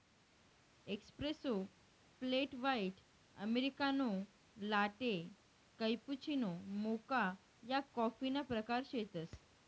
espresso, flat white, americano, latte, cappuccino, mocha या कॉफीना प्रकार शेतसं